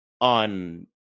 on